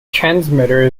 transmitter